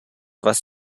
was